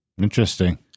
Interesting